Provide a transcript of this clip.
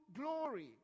glory